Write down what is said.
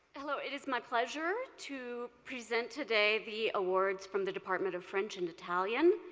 hello. it is my pleasure to present today the awards from the department of french and italian.